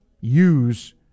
use